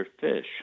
Fish